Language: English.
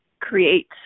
create